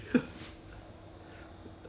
!wah!